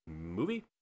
movie